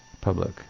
public